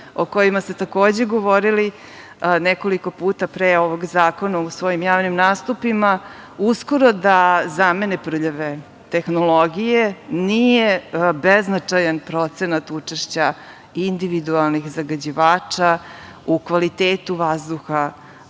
o kojima ste takođe govorili nekoliko puta pre ovog zakona u svojim javnim nastupima, uskoro da zamene prljave tehnologije. Nije bezznačajan procenat učešća individualnih zagađivača u kvalitetu vazduha